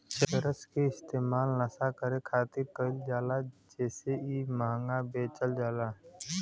चरस के इस्तेमाल नशा करे खातिर कईल जाला जेसे इ महंगा बेचल जाला